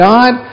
God